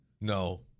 No